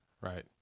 Right